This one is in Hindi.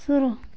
शुरू